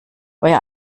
euer